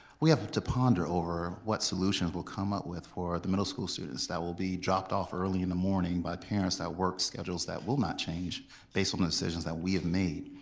we have to ponder over what solutions we'll come up with for the middle school students that will be dropped off early in the morning by parents that work schedules that will not change based on the decisions that we have made.